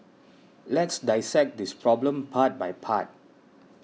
let's dissect this problem part by part